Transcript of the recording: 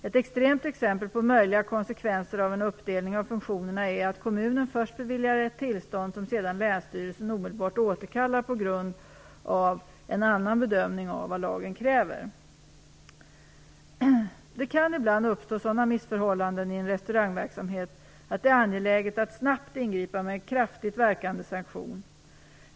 Ett extremt exempel på möjliga konsekvenser av en uppdelning av funktionerna är att kommunen först beviljar ett tillstånd som sedan länsstyrelsen omedelbart återkallar på grund av en annan bedömning av vad lagen kräver. Det kan ibland uppstå sådana missförhållanden i en restaurangverksamhet att det är angeläget att snabbt ingripa med en kraftigt verkande sanktion.